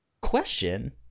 question